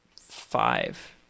five